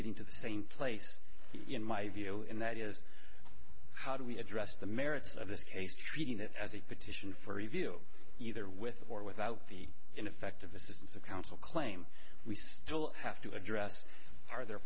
getting to the same place in my view and that is how do we address the merits of this case treating it as a petition for review either with or without the ineffective assistance of counsel claim we still have to address are the